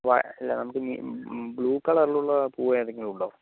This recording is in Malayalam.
വാ അല്ല നമുക്ക് ബ്ല്യൂ കളറിലുള്ള പൂവ് ഏതെങ്കിലും ഉണ്ടോ